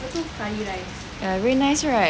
ya very nice right